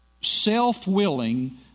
self-willing